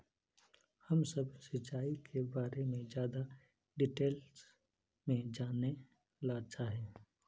हम सब सिंचाई के बारे में ज्यादा डिटेल्स में जाने ला चाहे?